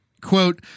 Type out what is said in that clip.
Quote